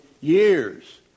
years